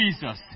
Jesus